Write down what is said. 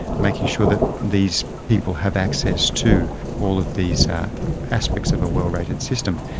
making sure that these people have access to all of these aspects of a well rated system.